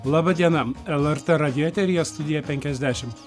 laba diena lrt radijo eteryje studija penkiasdešimt